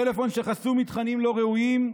טלפון שחסום לתכנים לא ראויים,